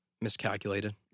miscalculated